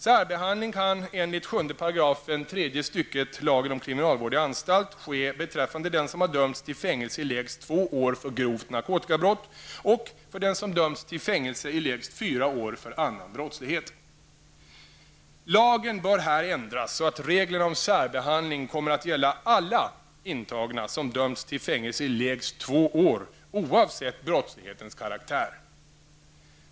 Särbehandling kan enligt 7 § tredje stycket lagen om kriminalvård i anstalt ske beträffande den som har dömts till fängelse i lägst två år för grovt narkotikabrott och för den som har dömts till fängelse i lägst fyra år för annan brottslighet. Lagen bör här ändras så att reglerna om särbehandling kommer att gälla alla intagna som dömts till fängelse i lägst två år oavsett brottslighetens karaktär.